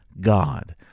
God